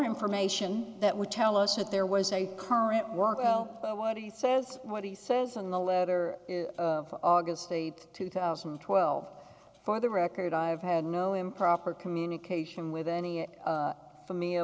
information that would tell us that there was a current work out what he says what he says in the letter of august eighth two thousand and twelve for the record i have had no improper communication with any for me a